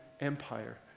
Empire